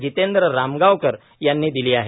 जितेंद्र रामगावकर यांनी दिली आहे